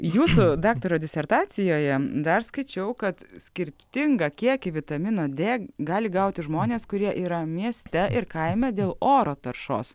jūsų daktaro disertacijoje dar skaičiau kad skirtingą kiekį vitamino d gali gauti žmonės kurie yra mieste ir kaime dėl oro taršos